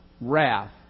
wrath